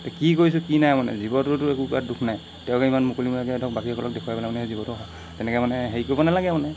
এতিয়া কি কৰিছোঁ কি নাই মানে জীৱটোতো একোক গাত দুখ নাই তেওঁলোকে ইমান মুকলিমূৰীয়াকৈ ধৰক বাকীসকলক দেখুৱাই পেনাই মানে সেই জীৱটোক তেনেকৈ মানে হেৰি কৰিব নালাগে আৰু মানে